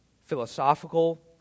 philosophical